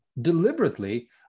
deliberately